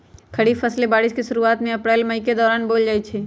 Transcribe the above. खरीफ फसलें बारिश के शुरूवात में अप्रैल मई के दौरान बोयल जाई छई